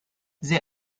the